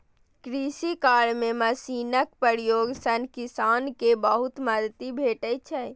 कृषि कार्य मे मशीनक प्रयोग सं किसान कें बहुत मदति भेटै छै